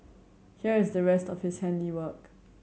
here is the rest of his handiwork